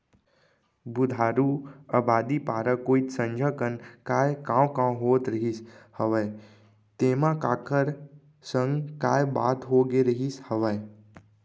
बुधारू अबादी पारा कोइत संझा कन काय कॉंव कॉंव होत रहिस हवय तेंमा काखर संग काय बात होगे रिहिस हवय?